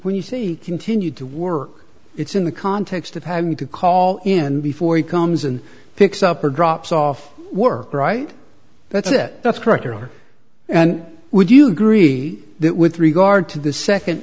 when you see continued to work it's in the context of having to call and before he comes and picks up or drops off work right that's it that's correct error and would you agree that with regard to the second